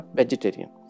vegetarian